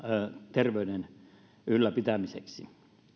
terveyden ylläpitämiseksi